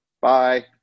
Bye